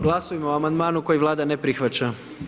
Glasujmo o amandmanu koji Vlada ne prihvaća.